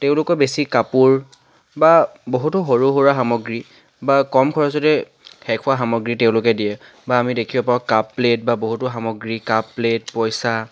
তেওঁলোকে বেছি কাপোৰ বা বহুতো সৰু সুৰা সামগ্ৰী বা কম খৰচতে শেষ হোৱা সামগ্ৰী তেওঁলোকে দিয়ে বা আমি দেখিব পাওঁ কাপ প্লে'ট বা বহুতো সামগ্ৰী কাপ প্লে'ট পইচা